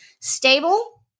stable